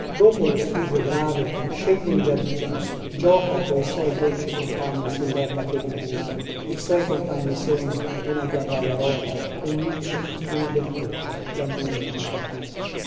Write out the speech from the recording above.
dopo lo studio grave scende in giardino gioca coi suoi dolci compagni sullerba che linvita i suoi compagni sono una ghiandaia rca un micio una bertuccia che ha nome makakita